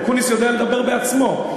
אקוניס יודע לדבר בעצמו.